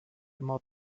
immer